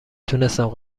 تونستم